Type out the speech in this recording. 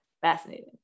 Fascinating